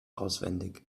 auswendig